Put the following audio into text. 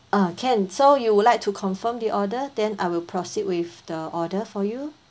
uh can so you would like to confirm the order then I will proceed with the order for you